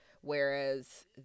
whereas